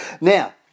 Now